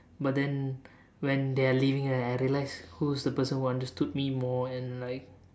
but then when they are leaving right I realize who is the person who understood me more and like